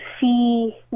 see